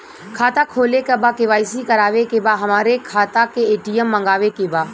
खाता खोले के बा के.वाइ.सी करावे के बा हमरे खाता के ए.टी.एम मगावे के बा?